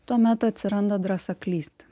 tuomet atsiranda drąsa klysti